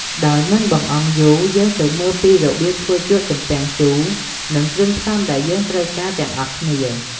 ដោយមិនបង្អង់យូរ យើងទៅមើលពីរបៀបធ្វើជ្រក់ទំពាំងជូរ និងគ្រឿងផ្សំដែលយើងត្រូវការទាំងអស់គ្នា។